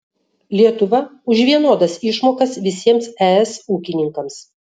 lietuva už vienodas išmokas visiems es ūkininkams